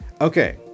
Okay